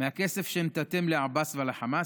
מהכסף שנתתם לעבאס ולחמאס?